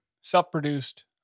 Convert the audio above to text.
self-produced